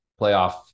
playoff